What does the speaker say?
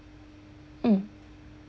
mm